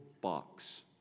box